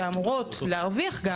שאמורות להרוויח,